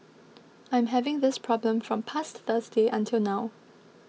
I'm having this problem from past Thursday until now